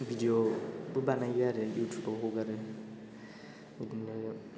भिदिय'बो बानायो आरो इउथुबाव ह'गारो बिदिनो